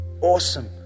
Awesome